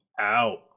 out